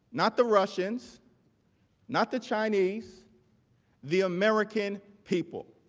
not the russians not the chinese the american people.